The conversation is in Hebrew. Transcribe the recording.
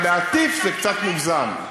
אבל להטיף זה קצת מוגזם.